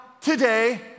today